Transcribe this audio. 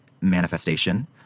manifestation